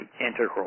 integral